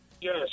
Yes